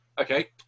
Okay